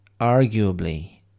arguably